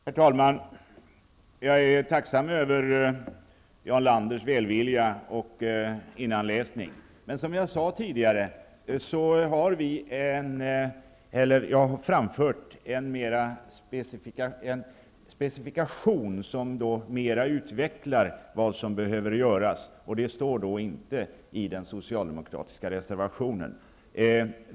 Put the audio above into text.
Herr talman! Jag är tacksam över Jarl Landers välvilja och innantilläsning. Jag har tidigare framfört en specifikation som mer utvecklar vad som behöver göras. Det står inte i den socialdemokratiska reservationen.